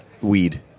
weed